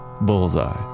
Bullseye